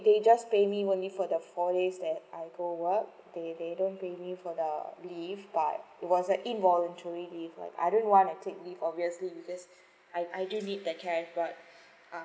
they just pay me only for the four days that I go work they they don't pay me for the leave but it was involuntary leave I don't want to take leave obviously because I I do need the cash but uh